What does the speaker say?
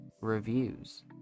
reviews